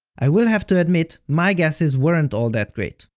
i will have to admit, my guesses weren't all that great.